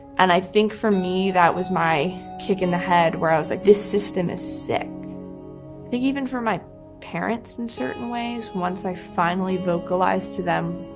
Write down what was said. and i think for me, that was my kick in the head where i was like, this system is sick. i think even for my parents in certain ways, once i finally vocalized to them,